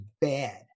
bad